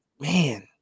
man